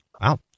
Wow